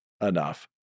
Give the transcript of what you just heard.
enough